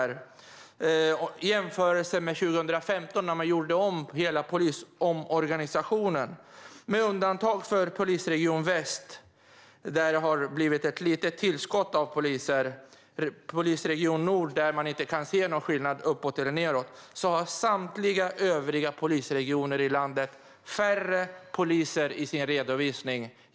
I jämförelse med den 1 januari 2015, då man gjorde om hela polisorganisationen, har samtliga polisregioner i landet - med undantag av Polisregion väst, där det har blivit ett litet tillskott av poliser, och Polisregion nord, där man inte kan se någon skillnad uppåt eller nedåt - färre poliser i sin redovisning.